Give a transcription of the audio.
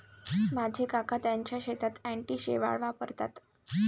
माझे काका त्यांच्या शेतात अँटी शेवाळ वापरतात